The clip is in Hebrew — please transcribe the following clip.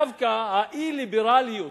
דווקא האי-ליברליות